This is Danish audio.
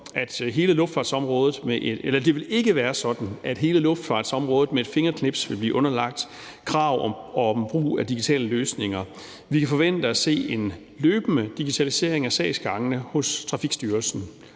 at hele luftfartsområdet med et fingerknips vil blive underlagt krav om brug af digitale løsninger. Vi kan forvente at se en løbende digitalisering af sagsgangene hos Trafikstyrelsen.